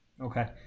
Okay